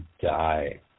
die